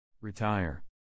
Retire